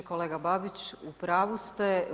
Kolega Babić, u pravu ste.